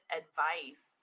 advice